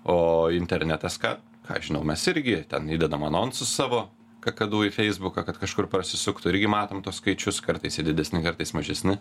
o internetas ką ką žinau mes irgi ten įdedam anonsus savo kakadu į feisbuką kad kažkur prasisuktų irgi matom tuos skaičius kartais jie didesni kartais mažesni